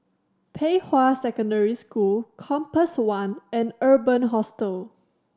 Pei Hwa Secondary School Compass One and Urban Hostel